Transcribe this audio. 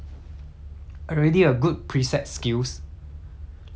like can split and you know turn and whatnot